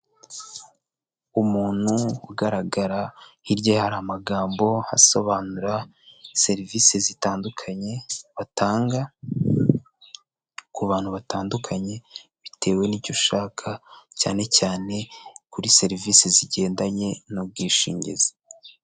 Umuntu ugaragara, hirya ye hari amagambo asobanura serivisi zitandukanye batanga, ku bantu batandukanye, bitewe n'icyo ushaka cyane cyane kuri serivisi zigendanye n'ubwishingizi.